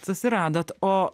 susiradot o